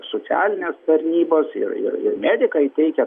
socialinės tarnybos ir ir ir medikai teikia